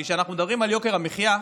כי כשאנחנו מדברים על יוקר המחיה,